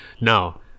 Now